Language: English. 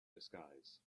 disguise